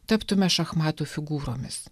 taptumėme šachmatų figūromis